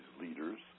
leaders